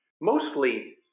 mostly